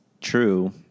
true